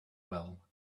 well